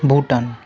Bhutan